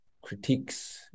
critiques